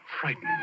frightened